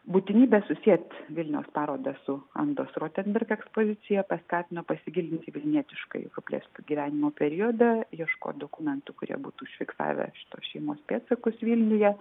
būtinybė susiet vilniaus parodą su andos rotemberg ekspozicija paskatino pasigilinus į vilnietiškąjį vrublevskių gyvenimo periodą ieškot dokumentų kurie būtų užfiksavę šitos šeimos pėdsakus vilniuje